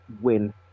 win